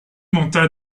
monta